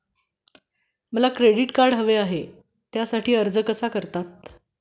मला credit card हवे आहे त्यासाठी अर्ज कसा करतात?